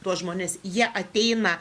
tuos žmones jie ateina